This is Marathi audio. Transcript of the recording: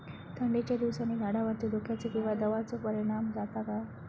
थंडीच्या दिवसानी झाडावरती धुक्याचे किंवा दवाचो परिणाम जाता काय?